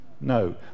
no